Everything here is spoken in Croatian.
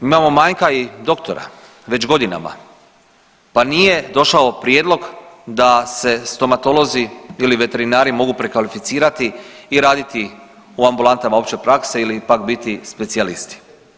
Imamo manjka i doktora već godinama, pa nije došao prijedlog da se stomatolozi ili veterinari mogu prekvalificirati i raditi u ambulantama opće prakse ili pak biti specijalisti.